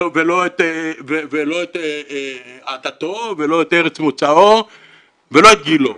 אבל לא את עדתו ולא את ארץ מוצאו ולא את גילו,